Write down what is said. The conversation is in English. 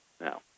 now